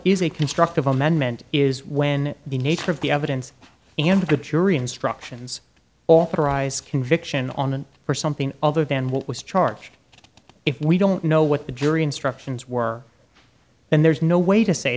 a constructive amendment is when the nature of the evidence and the jury instructions authorize conviction on and for something other than what was charged if we don't know what the jury instructions were and there's no way to say